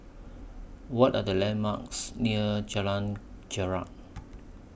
What Are The landmarks near Jalan Jarak